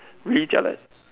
really jialat